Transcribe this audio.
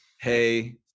Hey